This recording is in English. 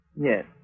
Yes